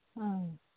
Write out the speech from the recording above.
ꯑꯥ